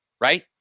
right